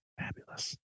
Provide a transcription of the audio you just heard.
Fabulous